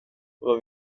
vad